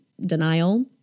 denial